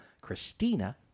Christina